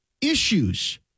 issues